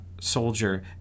soldier